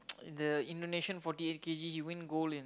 the Indonesian forty eight K_G he win gold in